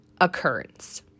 occurrence